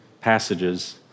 passages